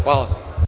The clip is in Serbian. Hvala.